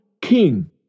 king